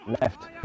Left